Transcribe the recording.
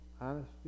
honesty